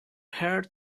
her